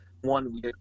one